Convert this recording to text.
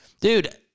Dude